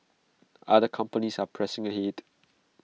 other companies are pressing ahead